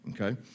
okay